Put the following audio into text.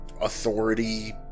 authority